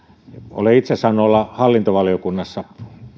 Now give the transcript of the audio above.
olen itse saanut olla hallintovaliokunnassa